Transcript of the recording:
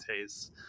taste